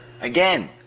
Again